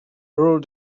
rule